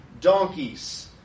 donkeys